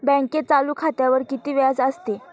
बँकेत चालू खात्यावर किती व्याज असते?